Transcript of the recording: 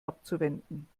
abzuwenden